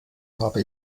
habe